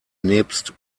nebst